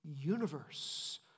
universe